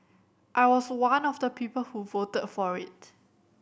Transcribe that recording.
I was one of the people who voted for it